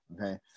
Okay